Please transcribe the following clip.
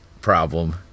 problem